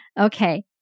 Okay